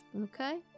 Okay